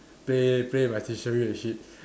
play play with my stationery and shit